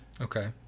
Okay